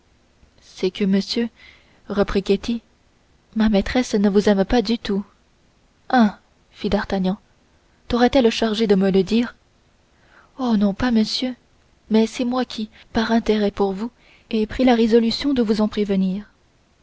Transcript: c'est que monsieur reprit ketty ma maîtresse ne vous aime pas du tout hein fit d'artagnan taurait elle chargée de me le dire oh non pas monsieur mais c'est moi qui par intérêt pour vous ai pris la résolution de vous en prévenir